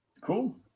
Cool